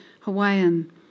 Hawaiian